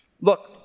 Look